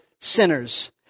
sinners